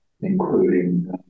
including